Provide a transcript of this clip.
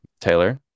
Taylor